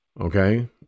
okay